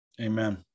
Amen